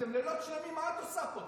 אתם לילות שלמים, מה את עושה פה, טלי?